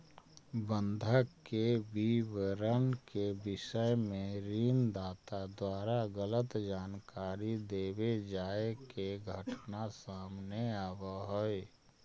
बंधक के विवरण के विषय में ऋण दाता द्वारा गलत जानकारी देवे जाए के घटना सामने आवऽ हइ